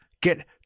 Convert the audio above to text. get